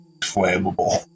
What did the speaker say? flammable